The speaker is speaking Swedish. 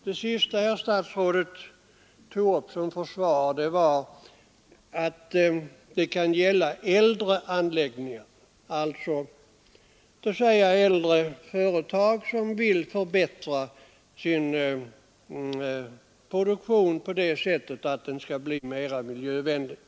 Det sista som herr statsrådet tog upp till försvar var att det kan gälla äldre anläggningar, dvs. äldre företag som vill förbättra sin produktion på det sättet att den skulle bli mera miljövänlig.